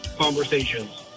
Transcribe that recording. conversations